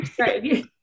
Right